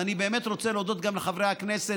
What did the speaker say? ואני באמת רוצה להודות גם לחברי הכנסת,